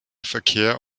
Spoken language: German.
verkehr